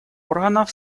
органов